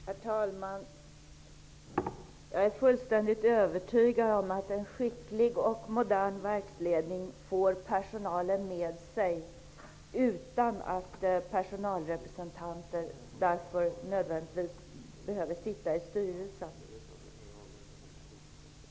Herr talman! Jag är fullständigt övertygad om att en skicklig och modern verksledning får personalen med sig utan att personalrepresentanter därför nödvändigtvis behöver sitta i styrelsen.